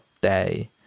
day